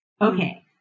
Okay